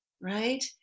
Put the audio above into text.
right